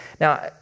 Now